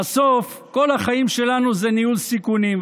"בסוף כל החיים שלנו זה ניהול סיכונים,